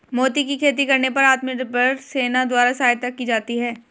मोती की खेती करने पर आत्मनिर्भर सेना द्वारा सहायता की जाती है